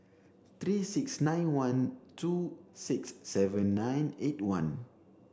three six nine one two six seven nine eight one